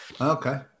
Okay